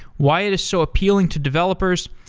why it is so appealing to developers,